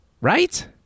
right